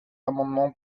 amendement